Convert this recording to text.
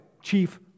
chief